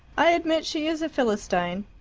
i admit she is a philistine,